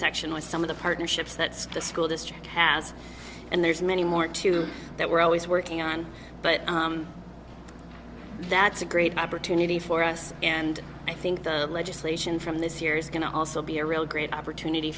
section with some of the partnerships that's the school district has and there's many more too that we're always working on but that's a great opportunity for us and i think the legislation from this year is going to also be a real great opportunity